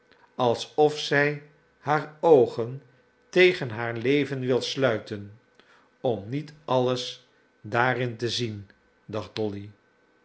alsof zij haar oogen tegen haar leven wil sluiten om niet alles daarin te zien dacht dolly